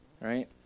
Right